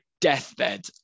deathbed